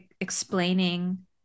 explaining